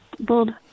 bold